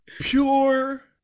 Pure